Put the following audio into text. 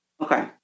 Okay